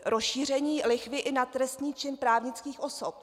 Rozšíření lichvy i na trestný čin právnických osob.